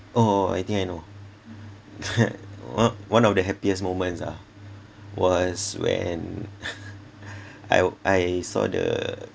oh I think I know on~ one of the happiest moments ah was when I I saw the